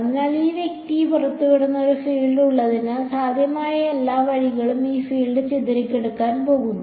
അതിനാൽ ഈ വ്യക്തി പുറത്തുവിടുന്ന ഒരു ഫീൽഡ് ഉള്ളതിനാൽ സാധ്യമായ എല്ലാ വഴികളിലും ഈ ഫീൽഡ് ചിതറിക്കിടക്കാൻ പോകുന്നു